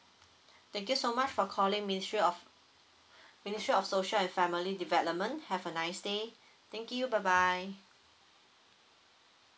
thank you so much for calling ministry of ministry of social and family development have a nice day thank you bye bye